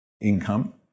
income